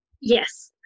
Yes